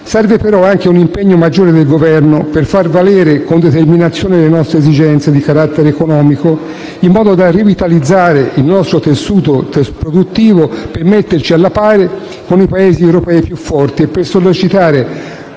Serve, però, anche un impegno maggiore del Governo per far valere con determinazione le nostre esigenze di carattere economico, in modo da rivitalizzare il nostro tessuto produttivo per metterci alla pari con i Paesi europei più forti e per sollecitare